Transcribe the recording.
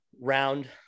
round